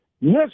Yes